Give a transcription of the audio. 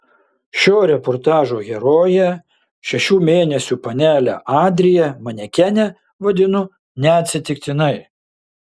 šio reportažo heroję šešių mėnesių panelę adriją manekene vadinu neatsitiktinai